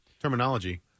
terminology